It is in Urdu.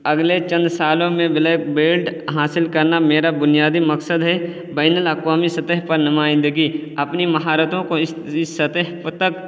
اگلے چند سالوں میں بلیک بیلٹ حاصل کرنا میرا بنیادی مقصد ہے بین الاقوامی سطح پر نمائندگی اپنی مہارتوں کو اس جس سطح تک